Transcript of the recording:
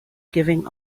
giving